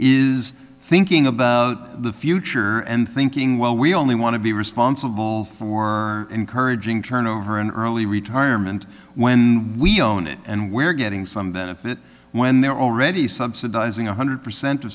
is thinking about the future and thinking well we only want to be responsible for encouraging turnover or an early retirement when we own it and we're getting some benefit when they're already subsidizing one hundred percent o